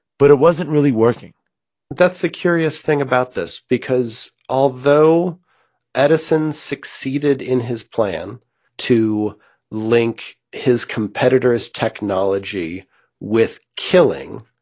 but it wasn't really working that's the curious thing about this because although edison succeeded in his plan to link his competitor's technology with killing,